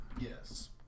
Yes